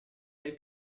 del